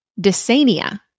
dysania